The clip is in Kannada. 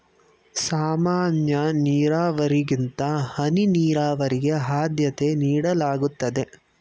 ಸಾಮಾನ್ಯ ನೀರಾವರಿಗಿಂತ ಹನಿ ನೀರಾವರಿಗೆ ಆದ್ಯತೆ ನೀಡಲಾಗುತ್ತದೆ